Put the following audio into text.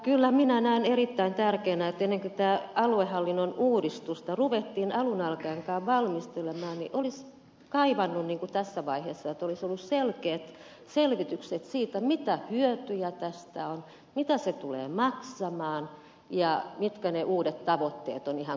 kyllä minä näen erittäin tärkeänä ja olisin kaivannut sitä että ennen kuin tätä aluehallinnon uudistusta ruvettiin alun alkaenkaan valmistelemaan olisi kaivannut niin tässä vaiheessa tuli ollut selkeät selvitykset siitä mitä hyötyjä tästä on mitä se tulee maksamaan ja mitkä ne uudet tavoitteet ovat ihan konkreettisesti